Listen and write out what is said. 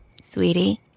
Sweetie